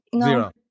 Zero